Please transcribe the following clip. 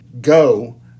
Go